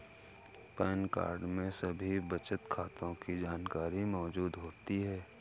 pan card में सभी बचत खातों की जानकारी मौजूद होती है